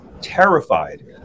terrified